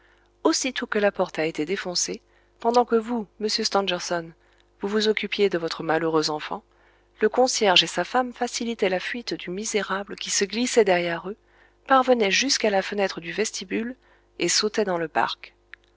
aussitôt que la porte a été défoncée pendant que vous monsieur stangerson vous vous occupiez de votre malheureuse enfant le concierge et sa femme facilitaient la fuite du misérable qui se glissait derrière eux parvenait jusqu'à la fenêtre du vestibule et sautait dans le parc